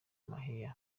mahia